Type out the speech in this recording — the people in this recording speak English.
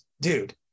dude